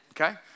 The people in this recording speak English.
okay